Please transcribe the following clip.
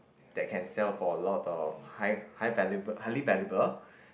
that can sell for lots of high high valuable highly valuable